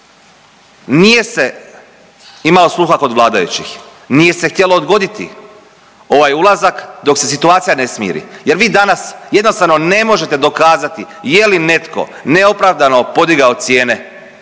Nije se imalo sluha kod vladajućih. Nije se htjelo odgoditi ovaj ulazak dok se situacija ne smiri jer vi danas jednostavno ne možete dokazati je li netko neopravdano podigao cijene